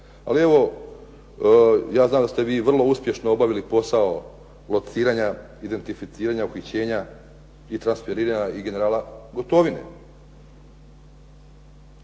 ali evo ja znam da ste vi vrlo uspješno obavili posao lociranja, identificiranja, uhićenja i transferiranja i generala Gotovine.